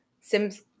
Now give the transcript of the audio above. Sims